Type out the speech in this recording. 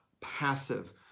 passive